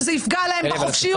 שזה יפגע להם בחופשיות.